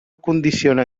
condiciona